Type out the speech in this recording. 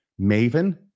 Maven